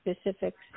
specifics